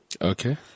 Okay